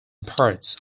parts